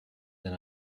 than